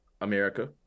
America